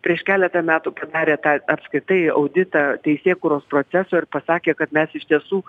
prieš keletą metų padarė tą apskritai auditą teisėkūros proceso ir pasakė kad mes iš tiesų